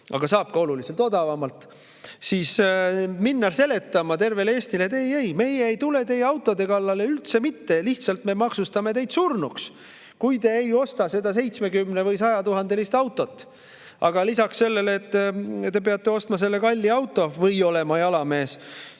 aga saab ka oluliselt odavamalt. Ja minnakse seletama tervele Eestile, et ei-ei, meie ei tule teie autode kallale üldse mitte, me maksustame lihtsalt teid surnuks, kui te ei osta seda 70 000 või 100 000 maksvat autot. Lisaks sellele, et te peate ostma kalli auto või olema jalamees,